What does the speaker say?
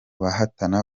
bahatana